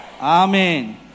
Amen